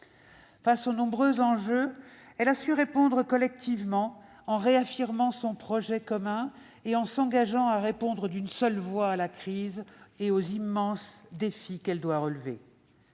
Face aux nombreux enjeux, l'Union européenne a su répondre collectivement en réaffirmant son projet commun et en s'engageant à répondre d'une seule voix à la crise et aux immenses défis qu'elle doit relever.